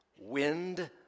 wind